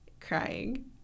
crying